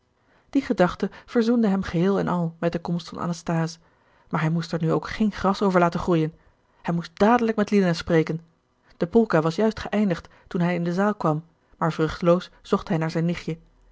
die gedachte verzoende hem geheel en al met de komst van anasthase maar hij moest er nu ook geen gras over gerard keller het testament van mevrouw de tonnette laten groeien hij moest dadelijk met lina spreken de polka was juist geëindigd toen hij in de zaal kwam maar vruchteloos zocht hij naar zijn nichtje